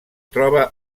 troba